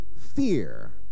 fear